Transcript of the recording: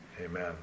Amen